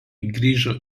grįžo